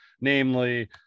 namely